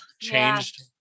changed